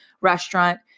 restaurant